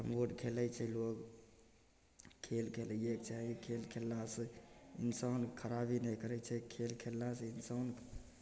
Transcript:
carrom board खेलय छै लोग खेल खेलयके चाही खेल खेललासँ इंसान खराबी नहि करय छै खेल खेललासँ इंसान